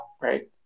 right